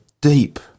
deep